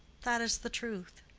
that is the truth.